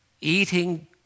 Eating